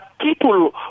people